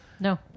No